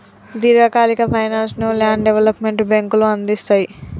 దీర్ఘకాలిక ఫైనాన్స్ ను land development బ్యేంకులు అందిస్తయ్